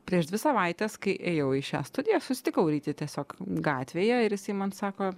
prieš dvi savaites kai ėjau į šią studiją susitikau rytį tiesiog gatvėje ir jisai man sako